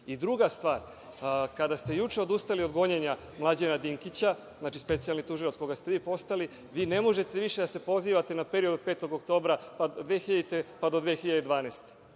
stvar. Kada se juče odustali od gonjenja Mlađana Dinkića, specijalni tužilac, koga ste vi postavili, vi ne možete više da se pozivate na period od 5. oktobra 2000. pa do 2012.